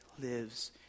lives